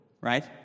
right